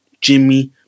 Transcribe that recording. Jimmy